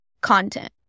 content